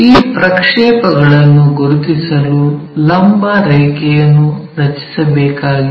ಈ ಪ್ರಕ್ಷೇಪಗಳನ್ನು ಗುರುತಿಸಲು ಲಂಬ ರೇಖೆಯನ್ನು ರಚಿಸಬೇಕಾಗಿದೆ